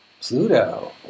Pluto